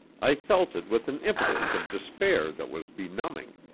i felt it with an impotence of despair that was benumbing.